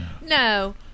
No